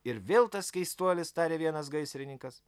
ir vėl tas keistuolis tarė vienas gaisrininkas